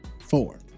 Four